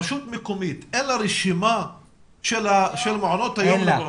רשות מקומית, אין לה רשימה של מעונות היום?